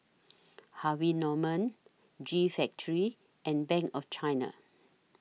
Harvey Norman G Factory and Bank of China